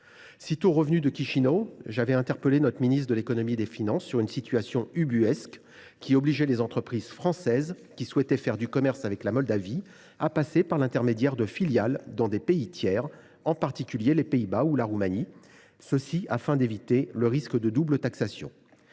Sitôt revenu de Chisinau, j’avais interpellé le ministre de l’économie et des finances sur une situation ubuesque qui obligeait les entreprises françaises souhaitant faire du commerce avec la Moldavie à passer par l’intermédiaire de filiales dans des pays tiers, en particulier les Pays Bas ou la Roumanie, afin d’éviter le risque de double taxation.